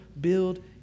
build